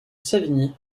savigny